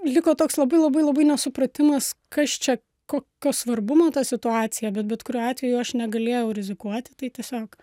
liko toks labai labai labai nesupratimas kas čia kokio svarbumo ta situacija bet bet kuriuo atveju aš negalėjau rizikuoti tai tiesiog